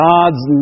God's